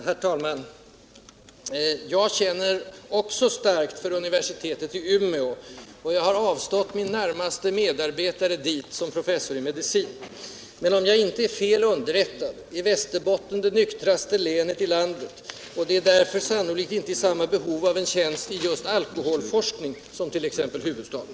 Herr talman! Jag känner också starkt för universitetet i Umeå, och jag har avstått min närmaste medarbetare dit som professor i medicin. Men om jag inte är fel underrättad är Västerbotten det nyktraste länet i landet, och det är därför sannolikt inte i samma behov av en tjänst i just alkoholforskning som t.ex. huvudstaden.